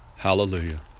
Hallelujah